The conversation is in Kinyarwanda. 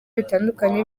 bitandukanye